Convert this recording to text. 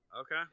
Okay